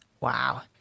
Wow